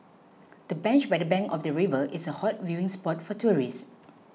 the bench by the bank of the river is a hot viewing spot for tourists